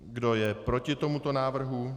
Kdo je proti tomuto návrhu?